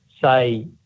say